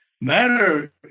matter